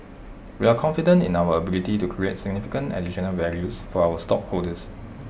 we are confident in our ability to create significant additional values for our stockholders